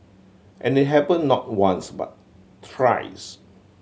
and it happened not once but thrice